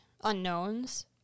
unknowns